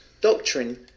doctrine